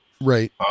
Right